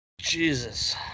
Jesus